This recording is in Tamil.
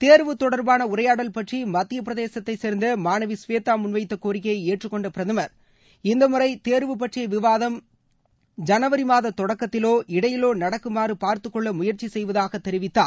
தேர்வு தொடர்பான உரையாடல் பற்றி மத்திய பிரதேசத்தை சேர்ந்த மாணவி ஸ்வேதா முன்வைத்த கோரிக்கையை ஏற்றுக்கொண்ட பிரதமர் திரு நரேந்திரமோடி இந்தமுறை தேர்வு பற்றிய விவாதம் ஜனவரி மாத தொடக்கத்திலோ இடையிலோ நடக்குமாறு பார்த்துக் கொள்ள முயற்சி செய்வதாக தெரிவித்தார்